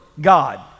God